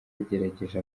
yagerageje